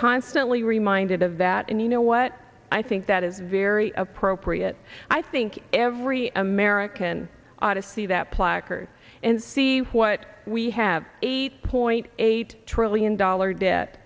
constantly reminded of that and you know what i think that is very appropriate i think every american ought to see that placard and see what we have eight point eight trillion dollar debt